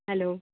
hello